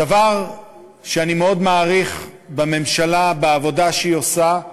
הדבר שאני מאוד מעריך בממשלה, בעבודה שהיא עושה,